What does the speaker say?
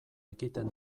ekiten